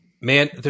Man